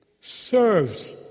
serves